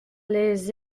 les